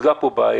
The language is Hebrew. הוצגה פה בעיה.